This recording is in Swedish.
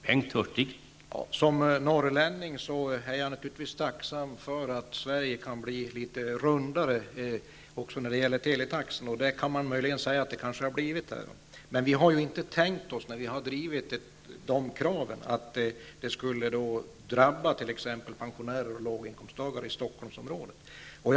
Herr talman! Som norrlänning är jag naturligtvis tacksam om Sverige kunde bli litet rundare också när det gäller teletaxorna. Det kan möjligen bli så. När vi har drivit våra krav, har vi ju inte tänkt oss att pensionärer och låginkomsttagare i Stockholmsområdet skulle drabbas.